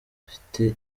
udafite